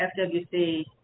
FWC